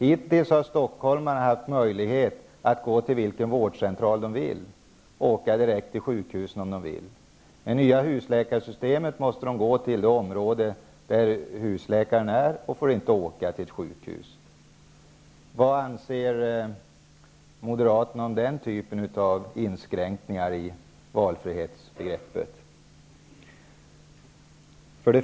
Hittills har stockholmarna haft möjlighet att gå till vilken vårdcentral de vill eller åka direkt till sjukhuset om de vill. Med det nya husläkarsystemet måste de gå till det område där husläkaren är och får inte åka till ett sjukhus. Vad anser Moderaterna om den typen av inskränkningar i valfriheten?